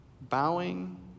bowing